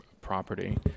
property